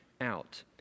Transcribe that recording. out